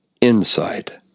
Insight